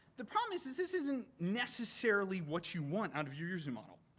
the problem is is this isn't necessarily what you want out of your user model.